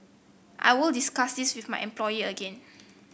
I will discuss this with my employer again